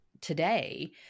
today